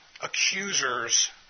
Accusers